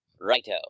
Righto